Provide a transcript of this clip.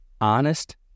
honest